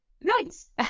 nice